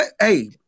Hey